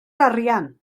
arian